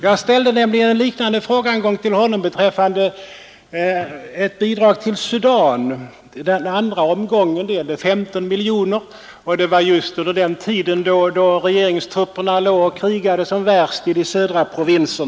Jag ställde nämligen en gång en liknande fråga till honom beträffande ett bidrag till Sudan. Det gällde 15 miljoner kronor, och det var under tiden då regeringstrupperna krigade som värst mot befolkningen i Sudans tre södra provinser.